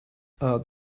add